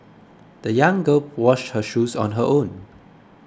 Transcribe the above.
the young girl washed her shoes on her own